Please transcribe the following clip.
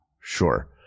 Sure